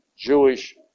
Jewish